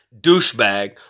douchebag